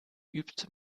übt